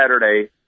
Saturday